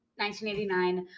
1989